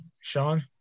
Sean